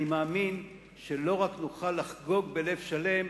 אני מאמין שלא רק נוכל לחגוג בלב שלם,